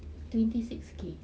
twenty six K